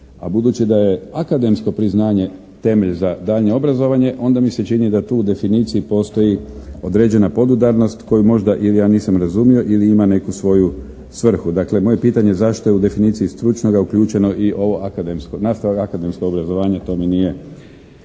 A budući da je akademsko priznanje temelj za daljnje obrazovanje onda mi se čini da tu u definiciji postoji određena podudarnost koju možda ili ja nisam razumio ili ima neku svoju svrhu. Dakle, moje pitanje je zašto je u definiciji stručnoga uključeno i ovo akademsko. Nastavak akademsko obrazovanje, to mi nije